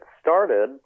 started